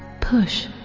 push